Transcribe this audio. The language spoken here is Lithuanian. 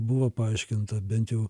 buvo paaiškinta bent jau